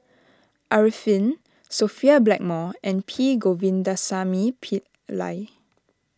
Arifin Sophia Blackmore and P Govindasamy Pillai